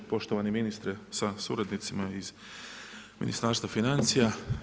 Poštovani ministre sa suradnicima iz Ministarstva financija.